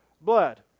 Blood